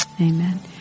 Amen